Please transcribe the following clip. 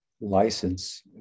license